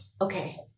okay